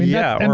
yeah,